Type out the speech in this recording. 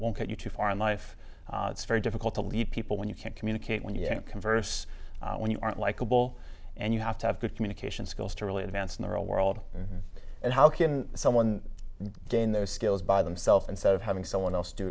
won't get you too far in life it's very difficult to lead people when you can't communicate when you can't converse when you aren't likable and you have to have good communication skills to really advance in the real world and how can someone gain those skills by themselves instead of having someone else do